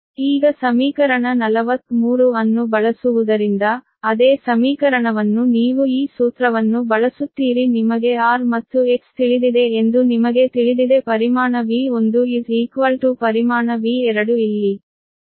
ಈಗ ಸಮೀಕರಣ 43 ಅನ್ನು ಬಳಸುವುದರಿಂದ ಅದೇ ಸಮೀಕರಣವನ್ನು ನೀವು ಈ ಸೂತ್ರವನ್ನು ಬಳಸುತ್ತೀರಿ ನಿಮಗೆ R ಮತ್ತು X ತಿಳಿದಿದೆ ಎಂದು ನಿಮಗೆ ತಿಳಿದಿದೆ |V1| ಪರಿಮಾಣ |V2|ಇಲ್ಲಿ